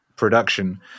production